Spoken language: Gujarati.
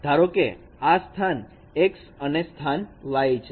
ધારોકે આ સ્થાન x અને સ્થાન y છે